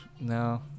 No